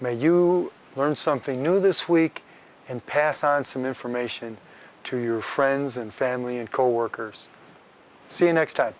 may you learn something new this week and pass on some information to your friends and family and coworkers see you next time